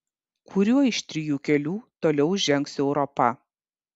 kuriuo iš trijų kelių toliau žengs europa